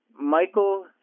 Michael